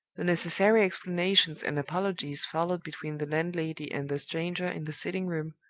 the necessary explanations and apologies followed between the landlady and the stranger in the sitting-room,